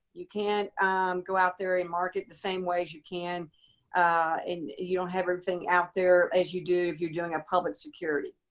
you can't go out there and market the same way as you can and you don't have everything out there as you do if you're doing a public security.